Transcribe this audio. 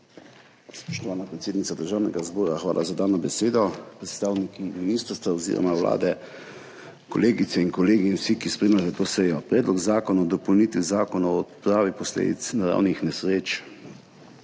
Spoštovana predsednica Državnega zbora, hvala za dano besedo! Predstavniki ministrstva oziroma Vlade, kolegice in kolegi in vsi, ki spremljate to sejo! Predlog zakona o dopolnitvi Zakona o odpravi posledic naravnih nesreč,